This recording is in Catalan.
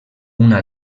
una